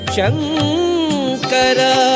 Shankara